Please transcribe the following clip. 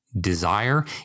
desire